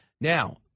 Now